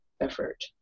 effort